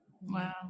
wow